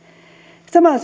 samalla